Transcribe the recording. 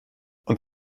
und